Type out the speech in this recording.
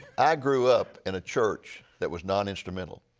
i grew up in a church that was non-instrumental.